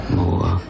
more